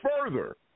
further